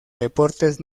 deportes